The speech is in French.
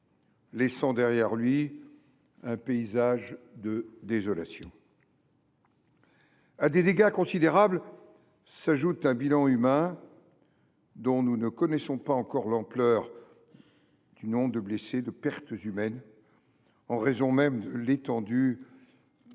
laissant derrière lui un paysage de désolation. À des dégâts considérables s’ajoute un bilan humain dont nous ne connaissons pas encore l’ampleur, en nombre de blessés et de pertes humaines, en raison de l’étendue de